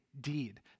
deed